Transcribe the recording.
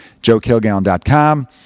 JoeKillgallon.com